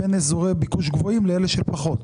בין אזורי ביקוש גבוהים לבין אלה שפחות?